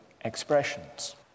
expressions